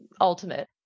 ultimate